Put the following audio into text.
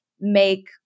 make